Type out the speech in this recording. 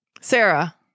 Sarah